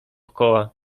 koła